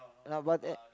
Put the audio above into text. and about that